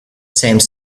same